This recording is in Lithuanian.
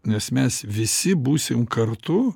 nes mes visi būsim kartu